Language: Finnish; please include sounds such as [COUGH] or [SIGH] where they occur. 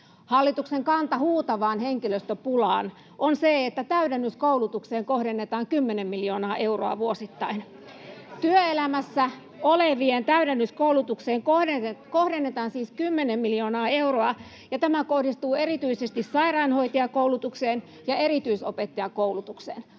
Hallituksen kanta huutavaan henkilöstöpulaan on se, että täydennyskoulutukseen kohdennetaan 10 miljoonaa euroa vuosittain. [NOISE] Työelämässä olevien täydennyskoulutukseen kohdennetaan siis 10 miljoonaa euroa, ja tämä kohdistuu erityisesti sairaanhoitajakoulutukseen ja erityisopettajakoulutukseen.